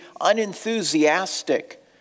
unenthusiastic